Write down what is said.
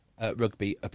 rugby